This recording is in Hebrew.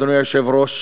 אדוני היושב-ראש,